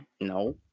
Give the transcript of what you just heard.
No